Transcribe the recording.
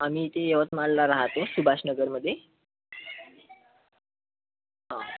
आम्ही इथे यवतमाळला राहतो सुभाषनगरमध्ये हा